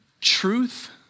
truth